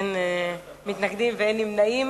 אין מתנגדים ואין נמנעים,